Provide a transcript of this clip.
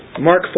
Mark